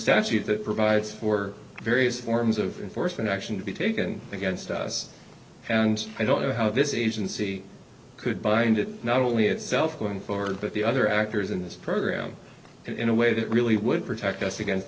statute that provides for various forms of force and action to be taken against us and i don't know how this isn't c could bind not only itself going forward but the other actors in this program in a way that really would protect us against